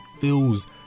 feels